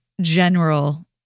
general